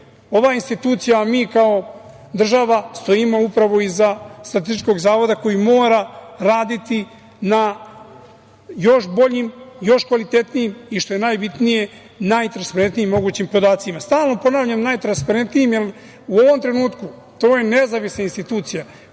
ova institucija, a mi kao država stojimo upravo iza Zavoda za statistiku koji mora raditi na još boljim, još kvalitetnijim i što je najbitnije, najtransparentnijim podacima. Stalno ponavljam najtransparentnijim, jer u ovom trenutku, ovo je nezavisna institucija